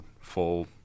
full